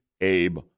Abe